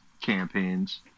campaigns